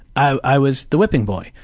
i i was the whipping boy.